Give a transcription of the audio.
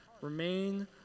remain